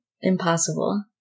Impossible